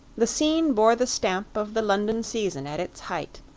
the scene bore the stamp of the london season at its height,